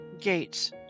gates